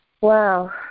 Wow